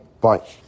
bye